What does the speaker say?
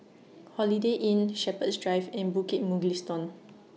Holiday Inn Shepherds Drive and Bukit Mugliston